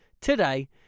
today